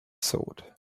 sword